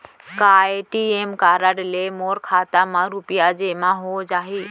का ATM card ले मोर खाता म रुपिया जेमा हो जाही?